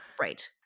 right